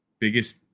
Biggest